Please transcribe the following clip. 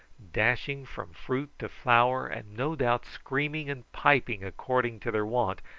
dashing from fruit to flower, and no doubt screaming and piping according to their wont,